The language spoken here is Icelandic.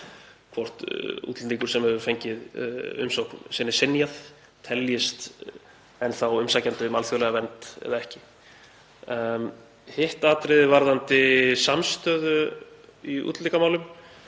hvort útlendingur sem hefur fengið umsókn sinni synjað teljist enn þá umsækjandi um alþjóðlega vernd eða ekki. Hitt atriðið, varðandi samstöðu í útlendingamálum.